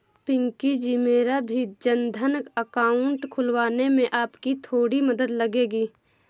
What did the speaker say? पिंकी जी मेरा भी जनधन अकाउंट खुलवाने में आपकी थोड़ी मदद लगेगी